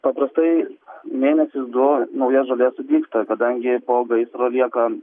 paprastai mėnesis du nauja žolė sudygsta kadangi po gaisro lieka